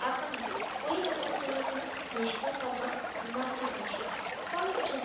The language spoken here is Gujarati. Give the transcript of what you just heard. આપણને કોઈ રમતગમતમાં નિષ્ફળતા પણ મળતી હોય છે પણ જો